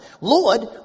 Lord